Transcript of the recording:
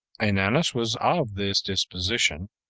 ananus was of this disposition,